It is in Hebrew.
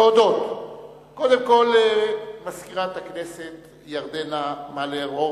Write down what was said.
להודות קודם כול למזכירת הכנסת ירדנה מלר-הורוביץ,